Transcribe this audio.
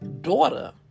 daughter